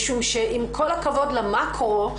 משום שעם כל הכבוד למקרו,